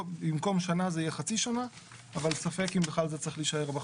במקום שנה זה יהיה חצי שנה אבל ספק אם בכלל זה צריך להישאר בחוק.